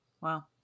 Wow